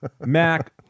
Mac